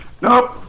Nope